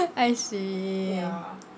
I see